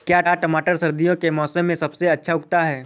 क्या टमाटर सर्दियों के मौसम में सबसे अच्छा उगता है?